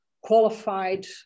qualified